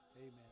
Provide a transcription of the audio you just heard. Amen